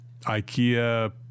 IKEA